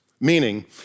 meaning